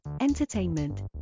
Entertainment